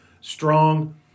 strong